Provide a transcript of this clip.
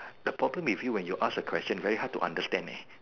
the problem with you when you ask a question very hard to understand leh